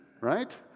Right